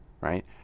right